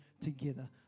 together